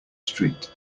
street